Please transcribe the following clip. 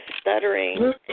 stuttering